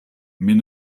mais